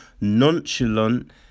nonchalant